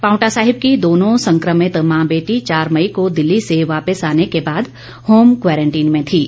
पांवटा साहिब की दोनों संक्रभित मां बेटी चार मई को दिल्ली से वापिस आने के बाद होम क्वारंटीन में थीं